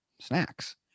snacks